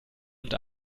und